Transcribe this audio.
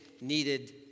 needed